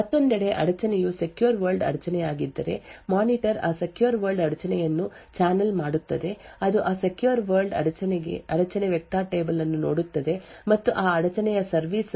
ಮತ್ತೊಂದೆಡೆ ಅಡಚಣೆಯು secure world ಅಡಚಣೆಯಾಗಿದ್ದರೆ ಮಾನಿಟರ್ ಆ ಸೆಕ್ಯೂರ್ ವರ್ಲ್ಡ್ ಅಡಚಣೆಯನ್ನು ಚಾನಲ್ ಮಾಡುತ್ತದೆ ಅದು ಆ ಸೆಕ್ಯೂರ್ ವರ್ಲ್ಡ್ ಅಡಚಣೆ ವೆಕ್ಟರ್ ಟೇಬಲ್ ಅನ್ನು ನೋಡುತ್ತದೆ ಮತ್ತು ಆ ಅಡಚಣೆಯ ಸರ್ವಿಸ್ ರೂಟೀನ್ ಗಾಗಿ ಅನುಗುಣವಾದ ಸ್ಥಳವನ್ನು ಗುರುತಿಸುತ್ತದೆ